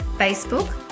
Facebook